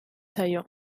zaio